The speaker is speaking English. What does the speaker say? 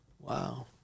Wow